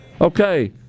Okay